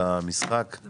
אני